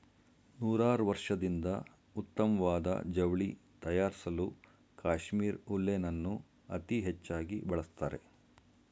ನೂರಾರ್ವರ್ಷದಿಂದ ಉತ್ತಮ್ವಾದ ಜವ್ಳಿ ತಯಾರ್ಸಲೂ ಕಾಶ್ಮೀರ್ ಉಲ್ಲೆನನ್ನು ಅತೀ ಹೆಚ್ಚಾಗಿ ಬಳಸ್ತಾರೆ